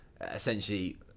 essentially